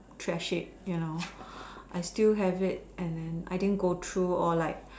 trash it you know I still have it and then I didn't go through or like